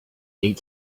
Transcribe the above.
date